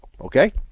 Okay